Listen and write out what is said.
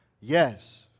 Yes